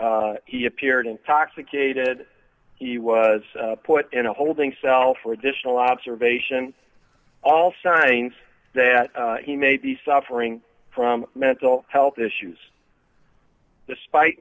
crying he appeared intoxicated he was put in a holding cell for additional observation all signs that he may be suffering from mental health issues despite